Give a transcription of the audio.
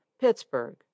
Pittsburgh